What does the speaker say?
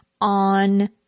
on